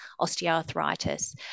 osteoarthritis